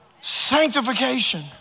sanctification